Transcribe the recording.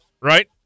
right